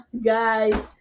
guys